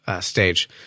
stage